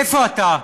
איפה אתה?